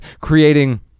creating